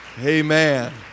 amen